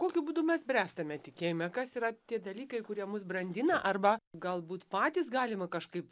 kokiu būdu mes bręstame tikėjime kas yra tie dalykai kurie mus brandina arba galbūt patys galima kažkaip